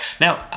Now